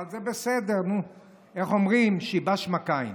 אבל זה בסדר, איך אומרים (אומר במרוקאית: